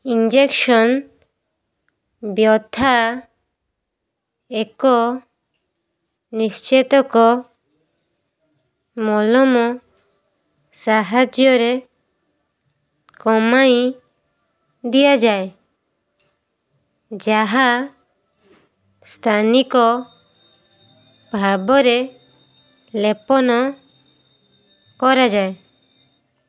injection ବ୍ୟଥା ଏକ ନିଶ୍ଚେତକ ମଲମ ସାହାଯ୍ୟରେ କମାଇ ଦିଆଯାଏ ଯାହା ସ୍ଥାନିକ ଭାବରେ ଲେପନ କରାଯାଏ